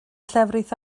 llefrith